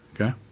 Okay